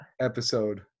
episode